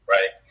Right